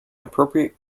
appropriate